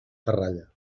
ferralla